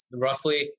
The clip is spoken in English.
roughly